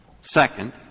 Second